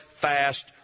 fast